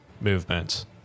movement